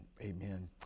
amen